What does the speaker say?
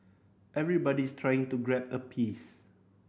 everybody's trying to grab a piece